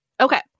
Okay